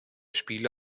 spiele